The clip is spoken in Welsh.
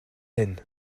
hyn